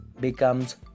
becomes